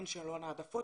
אין שאלון העדפות,